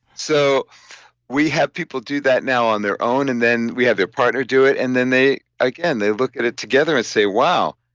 so we have people do that now on their own and then we have their partner do it and then they. again, they look at it together and say, wow,